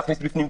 להכניס בפנים,